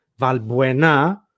Valbuena